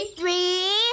three